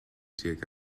tuag